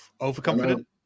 Overconfident